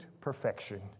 perfection